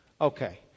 Okay